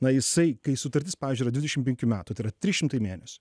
na jisai kai sutartis pavyzdžiui yra dvidešim penkių metų tai yra trys šimtai mėnesių